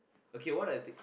okay what I think